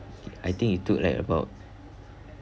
I think it took like about